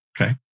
Okay